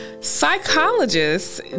Psychologists